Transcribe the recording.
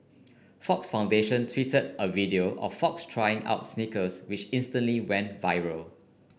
Fox Foundation tweeted a video of fox trying out sneakers which instantly went viral